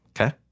Okay